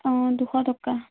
অঁ দুশ টকা